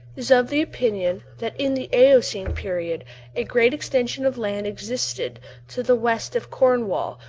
is of the opinion that in the eocene period a great extension of land existed to the west of cornwall.